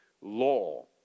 law